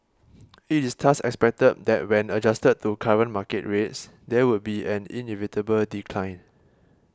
it is thus expected that when adjusted to current market rates there would be an inevitable decline